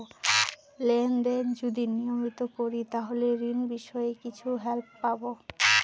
Lane দেন যদি নিয়মিত করি তাহলে ঋণ বিষয়ে কিছু হেল্প পাবো?